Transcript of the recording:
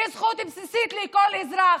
היא זכות בסיסית לכל אזרח.